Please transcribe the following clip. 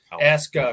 ask